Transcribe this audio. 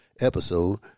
episode